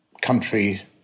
countries